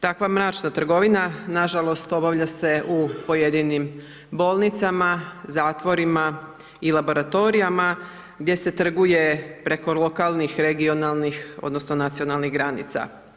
Takva mračna trgovina nažalost obavlja se u pojedinim bolnicama, zatvorima i laboratorijima gdje se trguje preko lokalnih, regionalnih, odnosno nacionalnih granica.